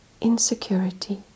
insecurity